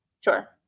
sure